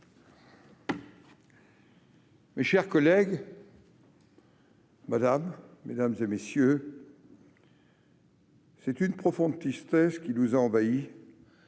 Mes chers collègues, mesdames, messieurs, c'est une profonde tristesse qui nous a envahis